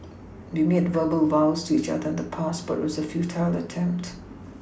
we made verbal vows to each other the past but it was a futile attempt